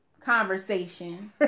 conversation